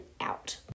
out